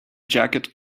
jacket